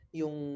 yung